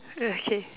okay